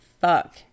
fuck